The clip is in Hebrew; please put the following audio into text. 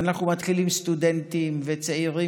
ואנחנו מתחילים סטודנטים וצעירים,